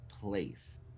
place